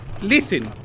Listen